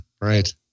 right